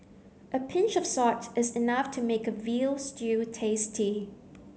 a pinch of salt is enough to make a veal stew tasty